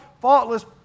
faultless